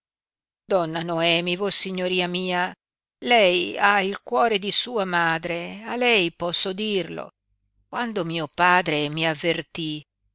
nere donna noemi vossignoria mia lei ha il cuore di sua madre a lei posso dirlo quando mio padre mi avvertí